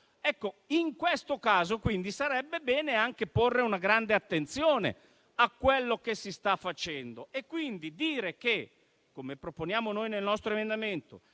In questo caso, quindi, sarebbe bene anche porre una grande attenzione a quello che si sta facendo. Quindi dire, come proponiamo noi nel nostro emendamento,